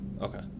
Okay